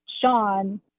Sean